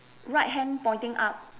right hand pointing up